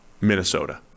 Minnesota